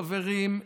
חברים,